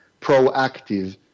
proactive